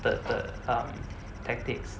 the the um tactics